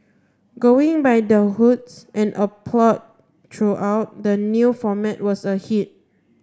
going by the hoots and applaud throughout the new format was a hit